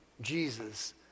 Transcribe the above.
Jesus